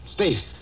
Steve